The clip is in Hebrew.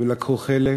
ולקחו חלק.